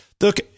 look